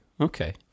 okay